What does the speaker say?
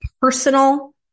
personal